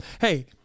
hey